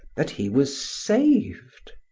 that he was saved.